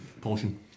portion